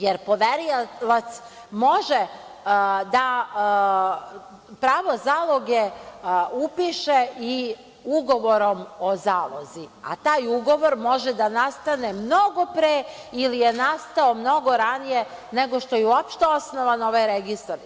Jer, poverilac može da pravo zaloge upiše i ugovorom o zalozi, a taj ugovor može da nastane mnogo pre ili je nastao mnogo ranije nego što je uopšte osnovan ovaj registar.